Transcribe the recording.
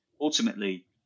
ultimately